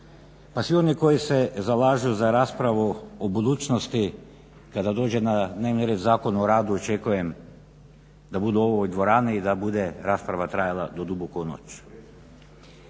pa svi oni koji se zalažu za raspravu o budućnosti kada dođe na dnevni red Zakon o radu očekujem da budu u ovoj dvorani i da bude rasprava trajala do duboko u noć.